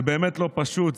זה באמת לא פשוט,